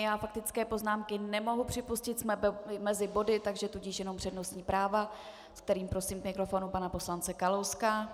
Já faktické poznámky nemohu připustit, jsme mezi body, takže tudíž jenom přednostní práva, se kterým prosím k mikrofonu pana poslance Kalouska.